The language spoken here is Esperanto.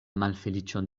malfeliĉon